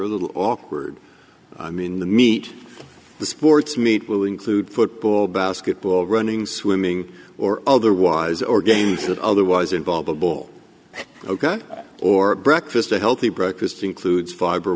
they're a little awkward i mean the meet the sports meet will include football basketball running swimming or otherwise or games that otherwise involve a ball oka or breakfast a healthy breakfast includes fiber